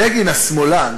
בגין השמאלן